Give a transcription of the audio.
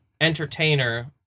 entertainer